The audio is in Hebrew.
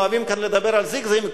כאן אוהבים לדבר על זיגזגים,